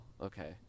okay